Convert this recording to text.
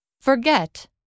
Forget